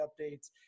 updates